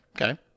Okay